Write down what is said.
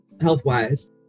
health-wise